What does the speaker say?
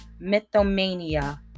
mythomania